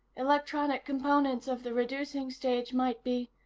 electronic components of the reducing stage might be.